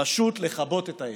פשוט לכבות את האש.